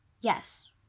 Yes